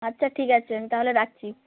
আচ্ছা ঠিক আছে আমি তাহলে রাখছি